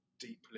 deeply